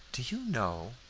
do you know,